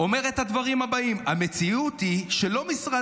אומר את הדברים הבאים: המציאות היא שמשרד